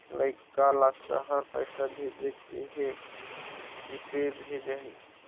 लइका ला शहर पैसा भेजें के हे, किसे भेजाही